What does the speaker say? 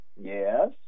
Yes